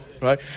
Right